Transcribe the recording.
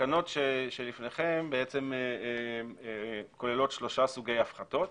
התקנות שלפניכם כוללות שלושה סוגי הפחתות.